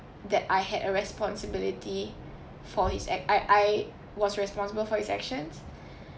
that I had a responsibility for his ac~ I I was responsible for his actions